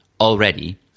Already